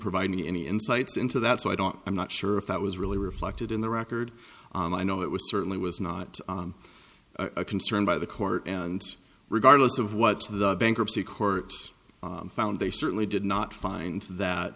provide me any insights into that so i don't i'm not sure if that was really reflected in the record i know it was certainly was not a concern by the court and regardless of what the bankruptcy court found they certainly did not find that